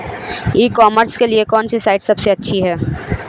ई commerce के लिए कौनसी साइट सबसे अच्छी है?